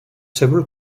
several